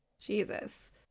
Jesus